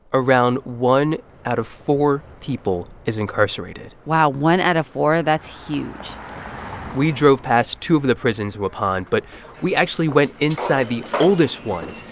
around one out of four people is incarcerated wow. one out of four that's huge we drove past two of the prisons in waupun, but we actually went inside the oldest one